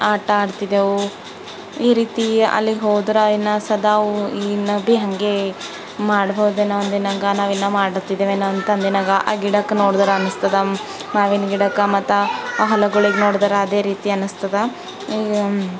ಆಟ ಆಡ್ತಿದ್ದೆವು ಈ ರೀತಿ ಅಲ್ಲಿಗೆ ಹೋದ್ರೆ ಇನ್ನು ಸದಾವು ಇನ್ನು ಬಿ ಹಾಗೆ ಮಾಡ್ಬೋದೇನೋ ಅಂದಿನಂಗೆ ನಾವಿನ್ನೂ ಮಾಡ್ತಿದ್ದೆವೇನೋ ಅಂತ ನನಗೆ ಆ ಗಿಡಕ್ಕೆ ನೋಡ್ದರ ಅನ್ನಿಸ್ತದ ಮಾವಿನ ಗಿಡಕ್ಕೆ ಮತ್ತೆ ಆ ಹೊಲಗಳಿಗೆ ನೋಡಿದ್ರೆ ಅದೇ ರೀತಿ ಅನ್ನಿಸ್ತದೆ